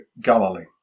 Galilee